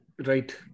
right